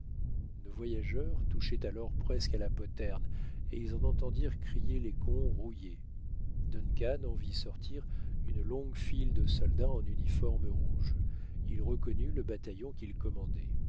nos voyageurs touchaient alors presque à la poterne et ils en entendirent crier les gonds rouillés duncan en vit sortir une longue file de soldats en uniforme rouge il reconnut le bataillon qu'il commandait